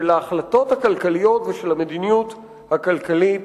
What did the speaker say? ההחלטות הכלכליות ושל המדיניות הכלכלית